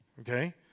okay